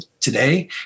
today